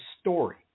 story